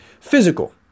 Physical